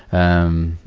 um,